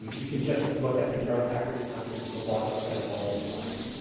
you can just look at like growth hackers conferences, a blog post that has all other slides.